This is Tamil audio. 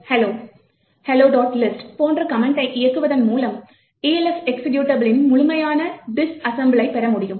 lst போன்ற கமெண்டை இயக்குவதன் மூலம் Elf எக்சிகியூட்டபிளின் முழுமையான டிஸ்அசெம்புலை பெற முடியும்